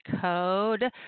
code